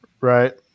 Right